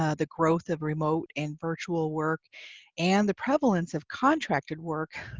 ah the growth of remote and virtual work and the prevalence of contracted work,